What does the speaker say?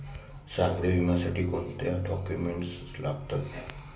सागरी विम्यासाठी कोणते डॉक्युमेंट्स लागतात?